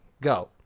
Go